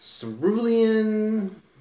Cerulean